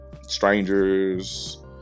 strangers